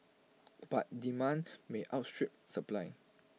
but demand may outstrip supply